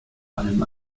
allem